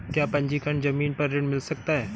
क्या पंजीकरण ज़मीन पर ऋण मिल सकता है?